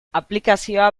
aplikazio